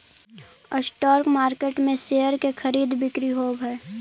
stock market में share के खरीद बिक्री होवऽ हइ